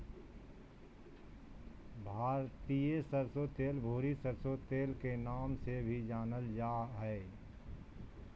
भारतीय सरसो, भूरी सरसो के नाम से भी जानल जा हय